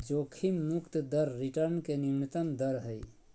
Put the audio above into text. जोखिम मुक्त दर रिटर्न के न्यूनतम दर हइ